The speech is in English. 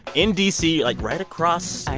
in d c, like, right across. i